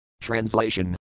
Translation